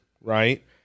right